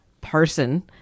person